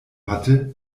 hatte